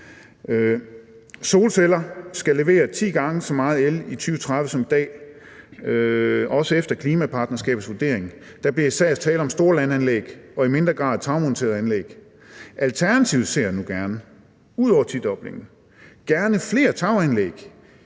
Solceller skal levere ti gange så meget el i 2030 som i dag, også efter klimapartnerskabets vurdering. Der bliver især tale om store landanlæg og i mindre grad om tagmonterede anlæg. Alternativet ser nu gerne ud over tidoblingen flere taganlæg